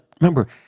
remember